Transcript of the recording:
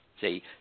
See